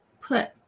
put